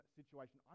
situation